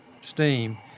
steam